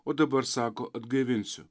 o dabar sako atgaivinsiu